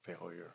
failure